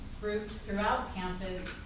groups throughout campus,